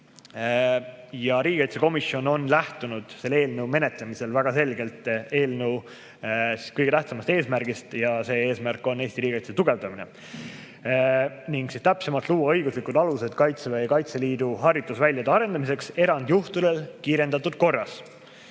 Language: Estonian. Riigikaitsekomisjon on selle eelnõu menetlemisel lähtunud väga selgelt eelnõu kõige tähtsamast eesmärgist. See eesmärk on Eesti riigikaitse tugevdamine ning täpsemalt see, et luua õiguslikud alused Kaitseväe ja Kaitseliidu harjutusväljade arendamiseks erandjuhtudel kiirendatud korras.